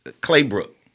Claybrook